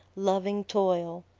loving toil.